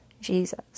Jesus